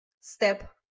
step